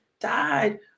died